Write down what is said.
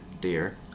dear